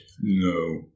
No